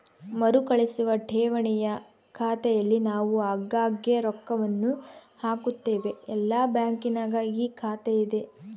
ಮರುಕಳಿಸುವ ಠೇವಣಿಯ ಖಾತೆಯಲ್ಲಿ ನಾವು ಆಗಾಗ್ಗೆ ರೊಕ್ಕವನ್ನು ಹಾಕುತ್ತೇವೆ, ಎಲ್ಲ ಬ್ಯಾಂಕಿನಗ ಈ ಖಾತೆಯಿದೆ